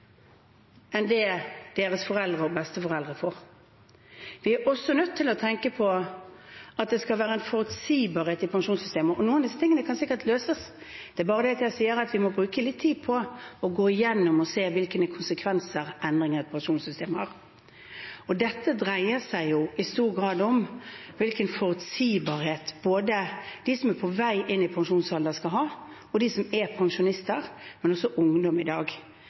enn det deres foreldre og besteforeldre får. Vi er også nødt til å tenke på at det skal være en forutsigbarhet i pensjonssystemet, og noen av disse tingene kan sikkert løses. Det er bare det, som jeg sier, at vi må bruke litt tid på å gå igjennom og se hvilke konsekvenser endringer i pensjonssystemet har. Dette dreier seg jo i stor grad om hvilken forutsigbarhet både de som er på vei inn i pensjonsalder, skal ha, og de som er pensjonister, men også de som er ungdommer i dag.